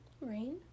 Rain